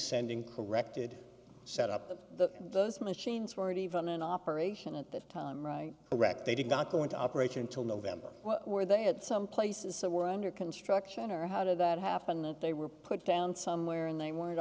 sending corrected set up the those machines weren't even in operation at that time right iraq they did not go into operation until november where they had some places that were under construction or how did that happen that they were put down somewhere and they wanted